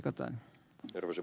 arvoisa puhemies